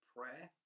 Prayer